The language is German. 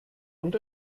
und